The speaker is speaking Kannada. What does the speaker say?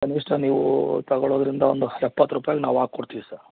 ಕನಿಷ್ಠ ನೀವು ತಗೊಳ್ಳೋದರಿಂದ ಒಂದು ಎಪ್ಪತ್ತು ರೂಪಾಯ್ಗೆ ನಾವು ಹಾಕೊಡ್ತೀವ್ ಸರ್